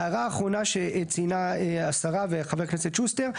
ההערה האחרונה שציינה השרה וחה"כ שוסטר,